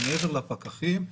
מעבר לפקחים,